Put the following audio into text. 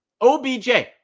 OBJ